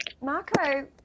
Marco